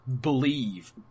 believe